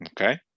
Okay